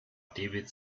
david